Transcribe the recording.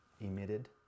emitted